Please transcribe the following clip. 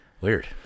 Weird